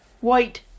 white